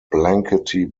blankety